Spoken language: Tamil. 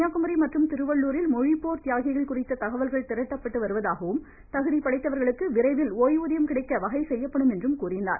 கன்னியாகுமரி மற்றும் திருவள்ளுரில் மொழிப்போர் தியாகிகள் குறித்த தகவல்கள் திரட்டப்பட்டு வருவதாகவும் தகுதி படைத்தவர்களுக்கு விரைவில் ஓய்வூதியம் கிடைக்க வகை செய்யப்படும் என்றும் அவர் கூறினார்